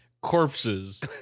corpses